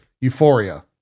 Euphoria